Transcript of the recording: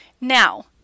Now